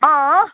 अँ